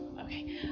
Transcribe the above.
Okay